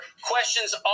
questions